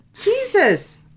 Jesus